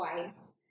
twice